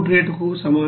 రేటుకు సమానం